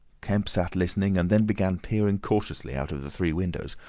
kemp sat listening and then began peering cautiously out of the three windows,